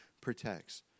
protects